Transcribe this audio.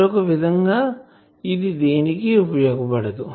మరొక విధంగా ఇదిదేనికి ఉపయోగపడదు